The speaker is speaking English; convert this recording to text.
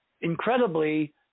incredibly